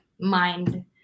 mind